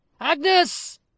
Agnes